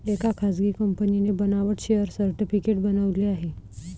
एका खासगी कंपनीने बनावट शेअर सर्टिफिकेट बनवले आहे